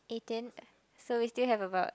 eighteen so we still have about